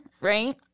right